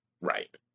right